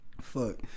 Fuck